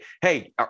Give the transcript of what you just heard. hey